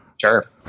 sure